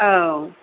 औ